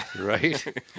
Right